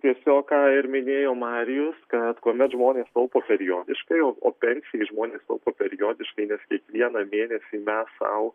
tiesiog ką ir minėjo marijus kad kuomet žmonės taupo periodiškai o pensijai žmonės taupo periodiškai nes kiekvieną mėnesį mes sau